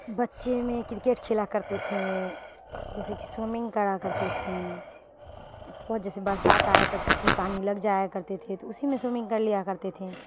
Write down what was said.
بچے میں کرکٹ کھیلا کرتے تھے جیسے کہ سوئمنگ کرا کرتے تھے بہت جیسے برسات آیا کرتی تھی پانی لگ جایا کرتے تھے تو اسی میں سوئمنگ کر لیا کرتے تھے